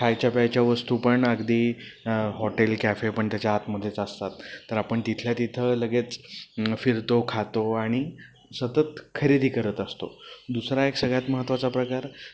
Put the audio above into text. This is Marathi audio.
खायच्या प्यायच्या वस्तू पण अगदी हॉटेल कॅफे पण त्याच्या आतमध्येच असतात तर आपण तिथल्या तिथं लगेच फिरतो खातो आणि सतत खरेदी करत असतो दुसरा एक सगळ्यात महत्वाचा प्रकार